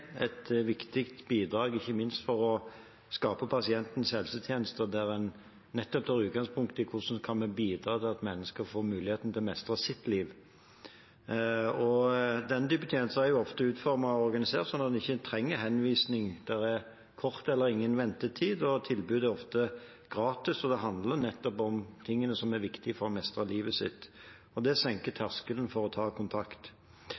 et viktig bidrag, ikke minst for å skape pasientens helsetjeneste, der en nettopp tar utgangspunkt i hvordan man kan bidra til at mennesker får mulighet til å mestre sitt liv. Denne typen tjenester er ofte utformet og organisert slik at en ikke trenger henvisning. Det er kort eller ingen ventetid, tilbudet er ofte gratis, og det handler nettopp om det som er viktig for å mestre livet sitt. Det senker terskelen for å ta kontakt.